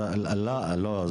לא,